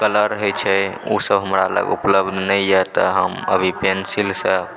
colour होइ छै ओसभ हमरा लग उपलब्ध नहि यऽ तऽ हम अभी पेन्सिलसँ